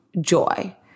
joy